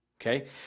okay